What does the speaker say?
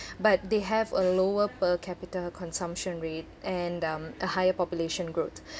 but they have a lower per capita consumption rate and um a higher population growth